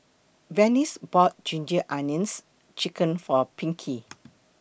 Venice bought Ginger Onions Chicken For Pinkie